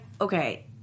okay